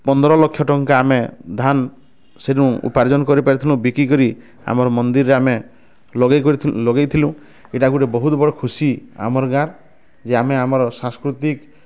ପନ୍ଦର ଲକ୍ଷ ଟଙ୍କା ଆମେ ଧାନ ସିରୁଁ ଉପାର୍ଜନ କରିପାରିଥିନୁ ବିକି କରି ଆମର ମନ୍ଦିରରେ ଆମେ ଲଗାଇକରିଥି ଲଗାଇଥିନୁ ଏଟା ଗୋଟେ ବହୁତ ବଡ଼ ଖୁସି ଆମର ଗାଁ ଯେ ଆମେ ଆମର ସାଂସ୍କୃତିକ